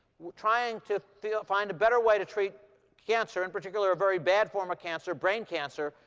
trying to find a better way to treat cancer, in particular, a very bad form of cancer, brain cancer,